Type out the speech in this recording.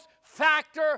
factor